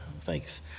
Thanks